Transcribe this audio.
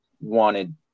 wanted